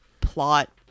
plot